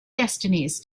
destinies